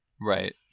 Right